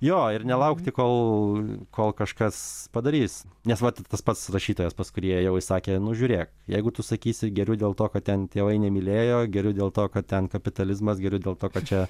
jo ir nelaukti kol kol kažkas padarys nes vat tas pats rašytojas pas kurį ėjau jis sakė nu žiūrėk jeigu tu sakysi geriu dėl to kad ten tėvai nemylėjo geriu dėl to kad ten kapitalizmas geriu dėl to kad čia